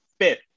fifth